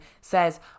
says